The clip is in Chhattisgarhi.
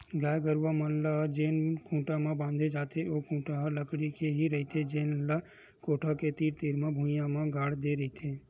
गाय गरूवा मन ल जेन खूटा म बांधे जाथे ओ खूटा ह लकड़ी के ही रहिथे जेन ल कोठा के तीर तीर म भुइयां म गाड़ दे रहिथे